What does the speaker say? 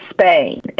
Spain